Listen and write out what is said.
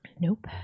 Nope